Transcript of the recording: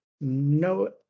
No